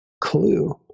clue